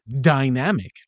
dynamic